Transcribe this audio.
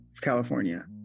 California